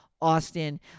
Austin